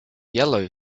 yellow